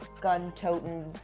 gun-toting